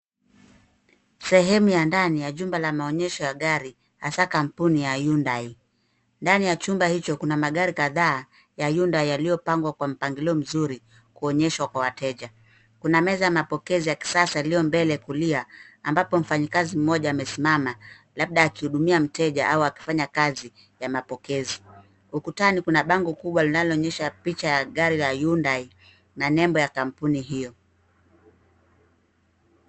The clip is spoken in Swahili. Sehemu ya ndani ya jumba la maonyesho ya gari hasa kampuni ya Hyundai. Ndani ya chumba hicho kuna magari kadhaa ya Hyundai yaliyopangwa kwa mpangilio mzuri kuonyeshwa kwa wateja. Kuna meza ya mapokezi ya kisasa yaliyo mbele kulia ambapo mfanyakazi mmoja amesimama labda akihudumia mteja au akifanya kazi ya mapokezi. Ukutani kuna bango kubwa linalo onyesha picha ya gari la Hyundai na nembo ya kampuni hiyo.